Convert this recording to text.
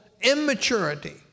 immaturity